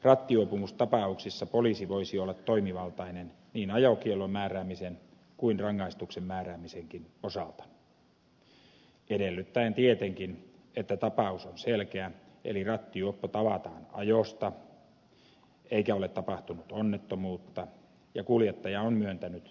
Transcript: rattijuopumustapauksissa poliisi voisi olla toimivaltainen niin ajokiellon määräämisen kuin rangaistuksen määräämisenkin osalta edellyttäen tietenkin että tapaus on selkeä eli rattijuoppo tavataan ajosta eikä ole tapahtunut onnettomuutta ja kuljettaja on myöntänyt syyllisyytensä